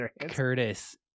Curtis